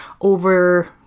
over